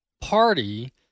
party